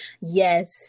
yes